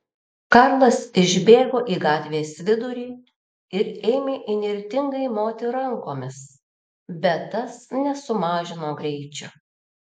karlas išbėgo į gatvės vidurį ir ėmė įnirtingai moti rankomis bet tas nesumažino greičio